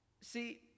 See